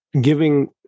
giving